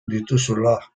dituzula